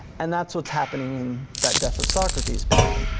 and that's what's happening in that death of socrates painting.